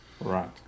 Right